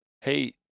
hey